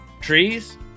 trees